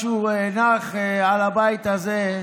משהו נח על הבית הזה,